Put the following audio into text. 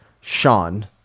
Sean